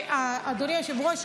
אדוני היושב-ראש,